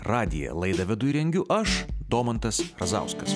radiją laidą vedu ir rengiu aš domantas razauskas